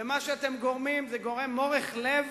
ומה שאתם גורמים זה מורך לב